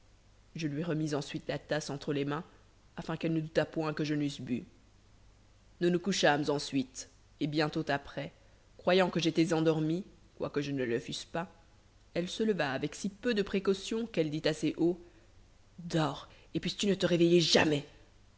je lui remis ensuite la tasse entre les mains afin qu'elle ne doutât point que je n'eusse bu nous nous couchâmes ensuite et bientôt après croyant que j'étais endormi quoique je ne le fusse pas elle se leva avec si peu de précaution qu'elle dit assez haut dors et puisses-tu ne te réveiller jamais